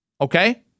Okay